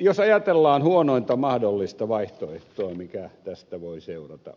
jos ajatellaan huonointa mahdollista vaihtoehtoa mikä tästä voi seurata